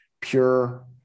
pure